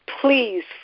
Please